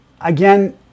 again